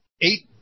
eight